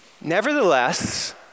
nevertheless